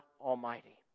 Almighty